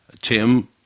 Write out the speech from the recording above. Tim